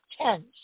tens